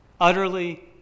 utterly